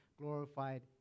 glorified